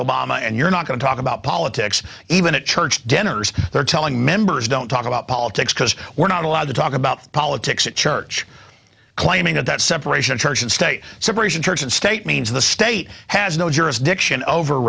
obama and you're not going to talk about politics even at church dinners they're telling members don't talk about politics because we're not allowed to talk about politics at church claiming that that separation of church and state separation church and state means the state has no jurisdiction over